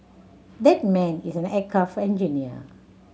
that man is an aircraft engineer